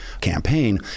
campaign